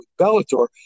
Bellator